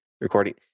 recording